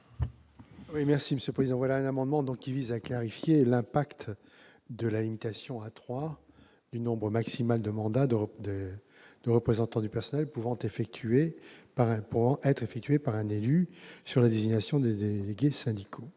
l'avis de la commission ? Cet amendement vise à clarifier l'impact de la limitation à trois du nombre maximal de mandats de représentant du personnel pouvant être effectués par un élu sur la désignation des délégués syndicaux,